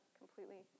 completely